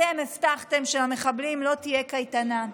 אתם הבטחתם שלמחבלים לא תהיה קייטנה.